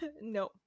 No